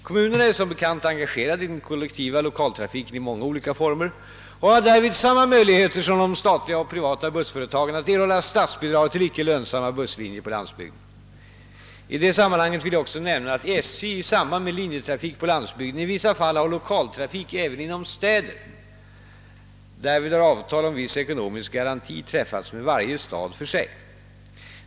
Kommmunerna är som bekant engagerade i den kollektiva lokaltrafiken i många olika former och har därvid samma möjligheter som de statliga och privata bussföretagen att erhålla statsbidrag till icke lönsamma busslinjer på landsbygden. I detta sammanhang vill jag också nämna att SJ i samband med linjetrafik på landsbygden i vissa fall har 1okaltrafik även inom städer. Därvid har avtal om viss ekonomisk garanti träffats med varje stad för sig.